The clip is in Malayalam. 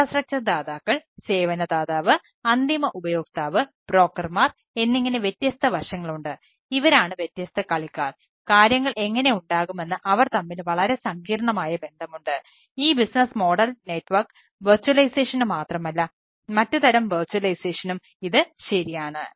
ഇൻഫ്രാസ്ട്രക്ചർ ഇത് ശരിയാണ്